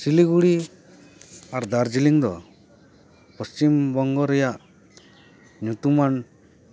ᱥᱤᱞᱤᱜᱩᱲᱤ ᱟᱨ ᱫᱟᱨᱡᱤᱞᱤᱝ ᱫᱚ ᱯᱚᱥᱪᱤᱢᱵᱚᱝᱜᱚ ᱨᱮᱭᱟᱜ ᱧᱩᱛᱩᱢᱟᱱ